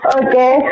okay